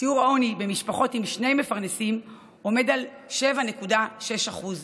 ואילו שיעור העוני במשפחות עם שני מפרנסים הוא 7.6% בלבד,